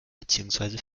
beziehungsweise